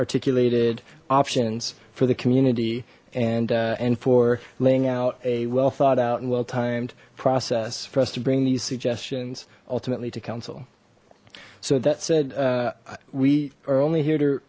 articulated options for the community and and for laying out a well thought out and well timed process for us to bring these suggestions ultimately to council so that said we are only h